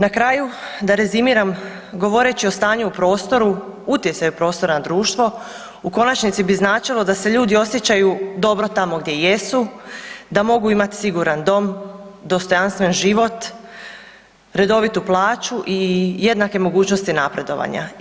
Na kraju, da rezimiram govoreći o stanju u prostoru, utjecaju prostora na društvo u konačnici bi značilo da se ljudi osjećaju dobro tamo gdje jesu, da mogu imati siguran dom, dostojanstven život, redovitu plaću i jednake mogućnosti napredovanja.